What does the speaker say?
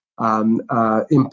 Impact